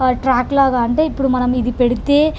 track లాగా అంటే ఇప్పుడు మనం ఇది పెడితే